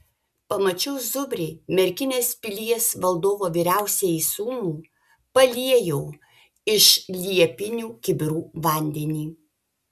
pamačiau zubrį merkinės pilies valdovo vyriausiąjį sūnų paliejau iš liepinių kibirų vandenį